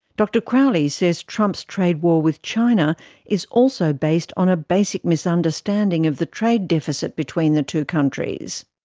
dr crowley says trump's trade war with china is also based on a basic misunderstanding of the trade deficit between the two countries.